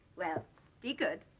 well be good.